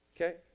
okay